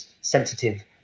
sensitive